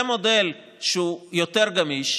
זה מודל שהוא יותר גמיש.